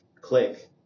click